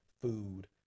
food